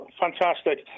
fantastic